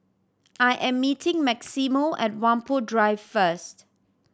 I am meeting Maximo at Whampoa Drive first